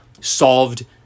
solved